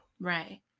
Right